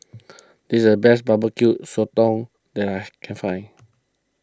this is the best Barbecue Sotong that I can find